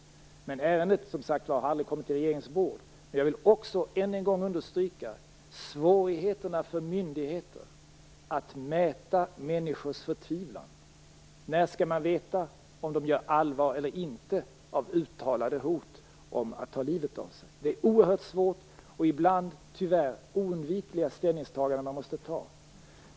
Men ärendet har som sagt var aldrig kommit till regeringens bord. Jag vill också än en gång understryka svårigheterna för myndigheter att mäta människors förtvivlan. När skall man veta om de gör allvar eller inte av uttalade hot om att ta livet av sig? Det är oerhört svårt, och ibland tyvärr oundvikliga ställningstaganden man måste göra.